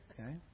Okay